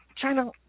China